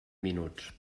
minuts